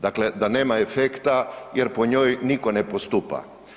Dakle, da nema efekta jer po njoj nitko ne postupa.